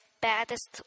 baddest